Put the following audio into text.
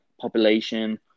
population